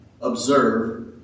observe